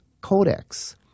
Codex